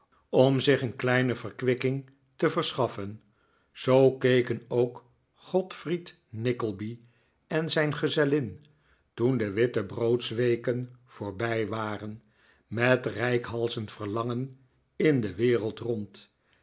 om zich een kleine verkwikking te verschaffen zoo keken ook godfried nickleby en zijn gezellin toen de wittebroodsweken voorbij waren met reikhalzend verlangen in de wereld rond